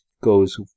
goes